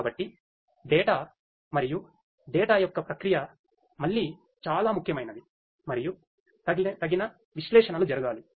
కాబట్టి డేటా యొక్క ప్రక్రియ మళ్ళీ చాలా ముఖ్యమైనది మరియు తగిన విశ్లేషణలు జరగాలి